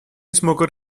smoker